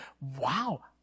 Wow